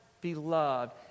beloved